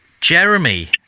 Jeremy